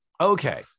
Okay